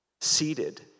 seated